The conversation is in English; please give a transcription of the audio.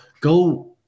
Go –